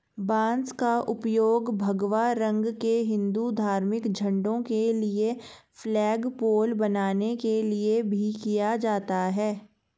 बांस का उपयोग भगवा रंग के हिंदू धार्मिक झंडों के लिए फ्लैगपोल बनाने के लिए भी किया जाता है